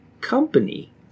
company